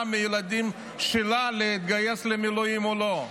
מהילדים שלה להתגייס למילואים או לא.